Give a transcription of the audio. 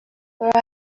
for